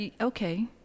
okay